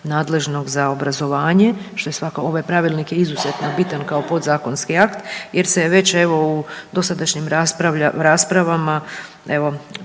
nadležnog za obrazovanje. Ovaj pravilnik je izuzetno bitan kao podzakonski akt jer se već evo u dosadašnjim raspravama